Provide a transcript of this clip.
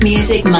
Music